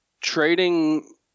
trading